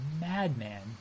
madman